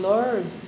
Lord